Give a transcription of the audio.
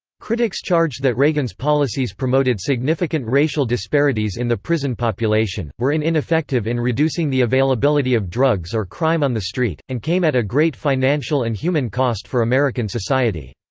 critics charged that reagan's policies promoted significant racial disparities in the prison population, were in ineffective in reducing the availability of drugs or crime on the street, and came at a great financial and human cost for american society.